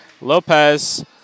Lopez